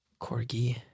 Corgi